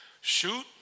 Shoot